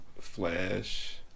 Flash